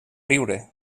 riure